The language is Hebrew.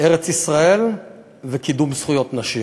ארץ-ישראל וקידום זכויות נשים.